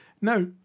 Now